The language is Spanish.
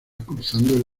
cruzando